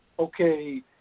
Okay